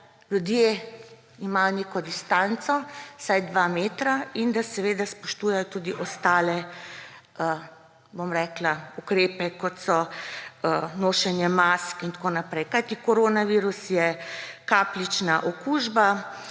ljudje imajo neko distanco, vsaj dva metra, in da spoštujejo tudi ostale ukrepe, kot so nošenje mask in tako naprej. Kajti koronavirus je kapljična okužba